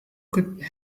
could